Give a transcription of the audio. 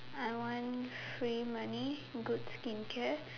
I want free money good skincare